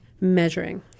measuring